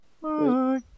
Bye